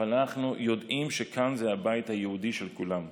אבל אנחנו יודעים שכאן זה הבית היהודי של כולם.